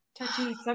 touchy